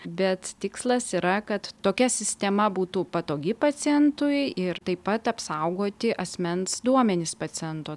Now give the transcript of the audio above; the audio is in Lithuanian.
bet tikslas yra kad tokia sistema būtų patogi pacientui ir taip pat apsaugoti asmens duomenis paciento